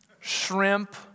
shrimp